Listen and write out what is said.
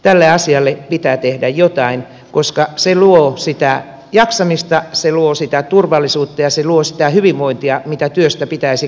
tälle asialle pitää tehdä jotain koska se luo sitä jaksamista se luo sitä turvallisuutta ja se luo sitä hyvinvointia mitä työstä pitäisi kaikille tulla